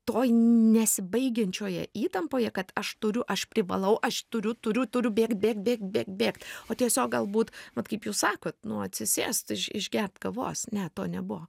toj nesibaigiančioje įtampoje kad aš turiu aš privalau aš turiu turiu turiu bėk bėk bėk bėk bėgt o tiesiog galbūt vat kaip jūs sakot nu atsisėst išgert kavos ne to nebuvo